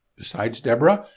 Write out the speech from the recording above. besides deborah,